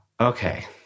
okay